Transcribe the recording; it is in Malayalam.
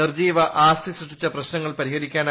നിർജീവ ആസ്തി സൃഷ്ടിച്ച പ്രശ്നങ്ങൾ പരിഹരിക്കാനായി